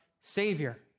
Savior